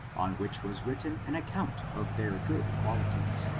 on which was written an account of their good qualities.